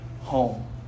home